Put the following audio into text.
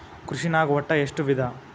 ಕೃಷಿನಾಗ್ ಒಟ್ಟ ಎಷ್ಟ ವಿಧ?